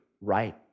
right